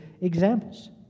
examples